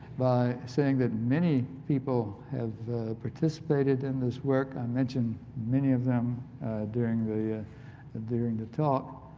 by saying that many people have participated in this work, i mention many of them during the ah and during the talk.